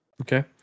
Okay